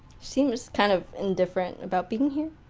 seems. kind of indifferent about being here.